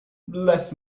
bless